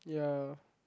ya